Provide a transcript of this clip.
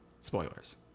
Spoilers